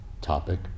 topic